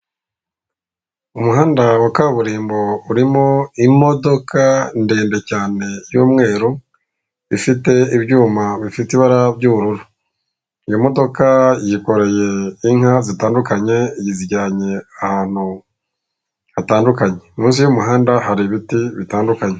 Umuhanda wa kaburimbo urimo imodoka ndende cyane y'umweru ifite ibyuma bifite ibara ry'ubururu. Iyo modoka yikoreye inka zitandukanye, izijyanye ahantu hatandukanye, munsi y'umuhanda hari ibiti bitandukanye.